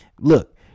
look